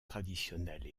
traditionnelle